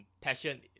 passion